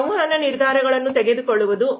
ಸಂವಹನ ನಿರ್ಧಾರಗಳನ್ನು ತೆಗೆದುಕೊಳ್ಳುವುದು